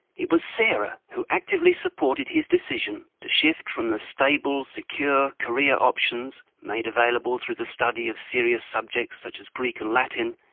it was sarah who actively supported his decision to shift from the stable, secure career options made available through the study of serious subjects such as greek and latin,